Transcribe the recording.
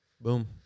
Boom